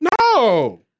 No